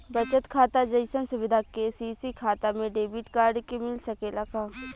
बचत खाता जइसन सुविधा के.सी.सी खाता में डेबिट कार्ड के मिल सकेला का?